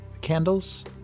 Candles